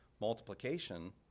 multiplication